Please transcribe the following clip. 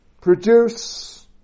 produce